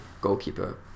goalkeeper